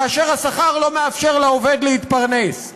כאשר השכר לא מאפשר לעובד להתפרנס?